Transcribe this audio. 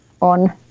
on